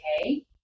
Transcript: okay